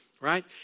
right